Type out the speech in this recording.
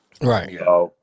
Right